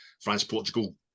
France-Portugal